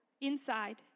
inside